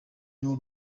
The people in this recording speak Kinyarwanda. n’uwo